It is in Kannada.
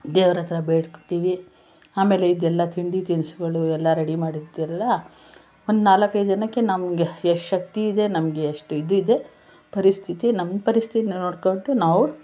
ದೇವ್ರ ಹತ್ರ ಬೇಡ್ತೀವಿ ಆಮೇಲೆ ಇದೆಲ್ಲ ತಿಂಡಿ ತಿನಿಸುಗಳು ಎಲ್ಲ ರೆಡಿ ಮಾಡಿ ಇಕ್ತಿರಲ್ಲ ಒಂದು ನಾಲ್ಕು ಐದು ಜನಕ್ಕೆ ನಮಗೆ ಎಷ್ಟು ಶಕ್ತಿ ಇದೆ ನಮಗೆ ಎಷ್ಟು ಇದು ಇದೆ ಪರಿಸ್ಥಿತಿ ನಮ್ಮ ಪರಿಸ್ಥಿತಿ ನೋಡಿಕೊಂಡು ನಾವು